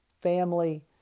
family